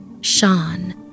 Sean